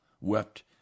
wept